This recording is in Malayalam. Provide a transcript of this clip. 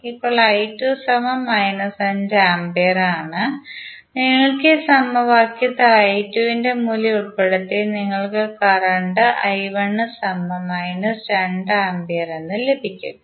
ഇപ്പോൾ ആമ്പിയർ ആണ് നിങ്ങൾക്ക് ഈ സമവാക്യത്തിൽ ന്റെ മൂല്യം ഉൾപ്പെടുത്തി നിങ്ങൾക്ക് കറന്റ് A എന്ന് ലഭിക്കും